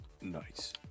Nice